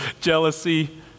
jealousy